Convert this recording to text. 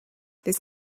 this